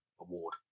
Award